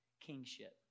kingship